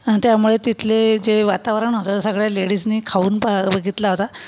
त्यामुळे तिथले जे वातावरण होतं सगळे लेडिजने खाऊन पा बघितला होता